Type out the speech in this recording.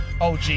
OG